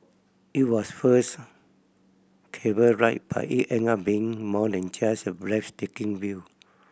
it was first cable ride but it ended up being more than just a breathtaking view